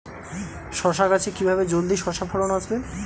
শশা গাছে কিভাবে জলদি শশা ফলন আসবে?